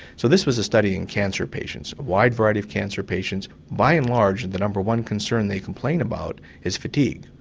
so this was a study in cancer patients, a wide variety of cancer patients, by and large and the number one concern they complain about is fatigue.